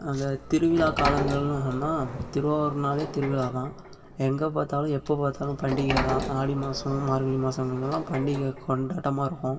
அங்கே திருவிழா காலங்களென்னு சொன்னால் திருவாரூர்னாலே திருவிழா தான் எங்கே பார்த்தாலும் எபபோ பார்த்தாலும் பண்டிகை தான் ஆடி மாசம் மார்கழி மாசங்களெலலாம் பண்டிகை கொண்டாட்டமாக இருக்கும்